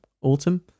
autumn